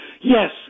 Yes